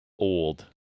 Old